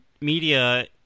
media